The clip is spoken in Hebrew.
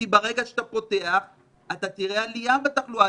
כי ברגע שאתה פותח אתה תראה עלייה בתחלואה.